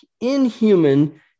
inhuman